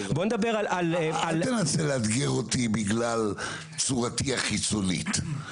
בוא נדבר על --- אל תנסה לאתגר אותי בגלל צורתי החיצונית.